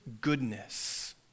goodness